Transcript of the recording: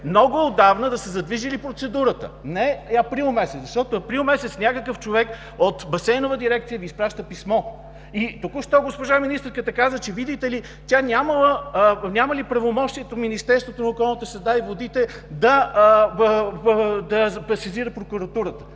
много отдавна да са задвижили процедурата, не и април месец. Защото април месец някакъв човек от Басейнова дирекция Ви изпраща писмо. И току-що госпожа министърката каза, че, видите ли, Министерството на околната среда и водите нямали правомощието